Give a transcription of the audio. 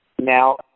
Now